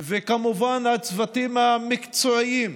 וכמובן הצוותים המקצועיים,